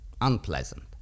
unpleasant